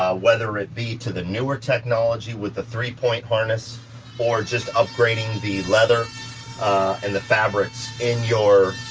ah whether it be to the newer technology with the three point harness or just upgrading the leather and the fabrics in your